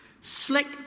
Slick